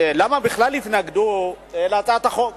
למה בכלל התנגדו להצעת החוק.